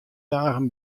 dagen